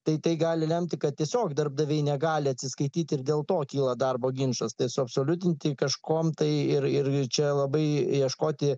tai tai gali lemti kad tiesiog darbdaviai negali atsiskaityti ir dėl to kyla darbo ginčas tai suabsoliutinti kaškomtai ir ir ir čia labai ieškoti